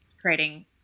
creating